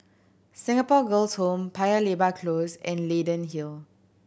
Singapore Girls' Home Paya Lebar Close and Leyden Hill